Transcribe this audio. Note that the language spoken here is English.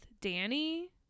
danny